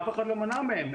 אף אחד לא מנע מהם.